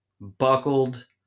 buckled